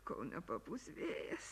kol nepapūs vėjas